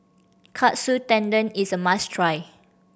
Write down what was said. Katsu Tendon is a must try